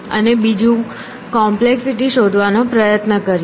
અને બીજું કોમ્પ્લેક્સિટી શોધવાનો પ્રયત્ન કરીએ